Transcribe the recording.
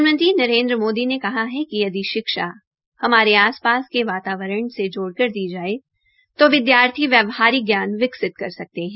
प्रधानमंत्री नरेन्द्र मोदी ने कहा है कि यदि शिक्षा हमारे आस पास के वातावरण से जोड़कर दी जाये तो विद्यार्थी व्यावहारिक ज्ञान विकसित कर सकते है